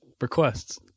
requests